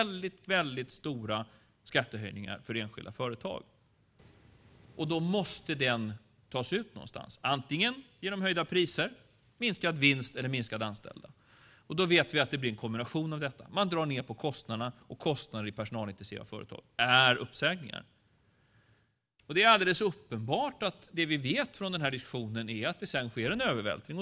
Det är alltså väldigt stora skattehöjningar för enskilda företag. Det måste tas någonstans, antingen genom höjda priser, minskad vinst eller genom ett minskat antal anställda. Vi vet att det blir en kombination av detta. Man drar ned på kostnaderna. I personalintensiva företag innebär det uppsägningar. Det är uppenbart att det sker en övervältring.